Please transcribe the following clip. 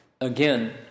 again